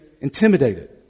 intimidated